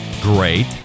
great